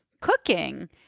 Cooking